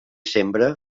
sembra